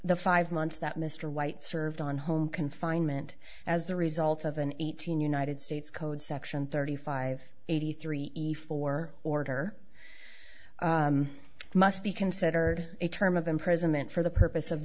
the five months that mr white served on home confinement as the result of an eighteen united states code section thirty five eighty three efore order must be considered a term of imprisonment for the purpose of